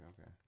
okay